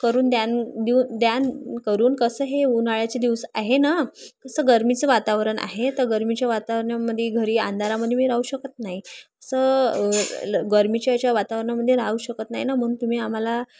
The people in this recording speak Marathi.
करून द्यान देऊ द्यान करून कसं हे उन्हाळ्याचे दिवस आहे न कसं गरमीचं वातावरण आहे तर गरमीच्या वातावरणामध्ये घरी अंधारामध्ये मी राहू शकत नाही असं गरमीच्या याच्या वातावरणामध्ये राहू शकत नाही ना म्हणून तुम्ही आम्हाला